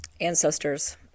ancestors